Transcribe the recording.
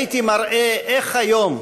הייתי מראה איך היום,